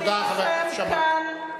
תודה, חבר הכנסת שאמה.